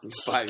Five